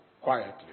quietly